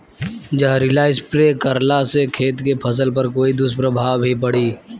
जहरीला स्प्रे करला से खेत के फसल पर कोई दुष्प्रभाव भी पड़ी?